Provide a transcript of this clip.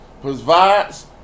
provides